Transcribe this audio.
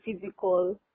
physical